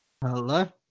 hello